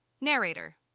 Narrator